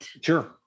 Sure